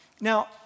Now